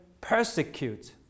persecute